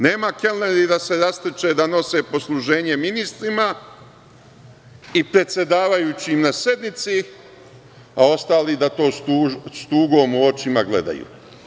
Nema kelneri da se rastrče da nose posluženje ministrima i predsedavajućim na sednici, a ostali da to s tugom u očima gledaju.